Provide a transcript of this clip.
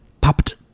Popped